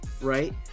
right